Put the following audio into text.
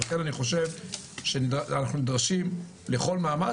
על כן, אני חושב שאנחנו נדרשים לכל מאמץ.